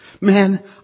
Man